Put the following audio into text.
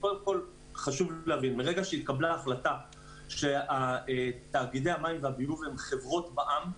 חשוב להבין שמרגע שהתקבלה ההחלטה שתאגידי המים והביוב הם חברות בע"מ,